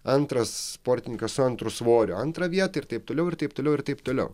antras sportininkas antru svorio antrą vietą ir taip toliau ir taip toliau ir taip toliau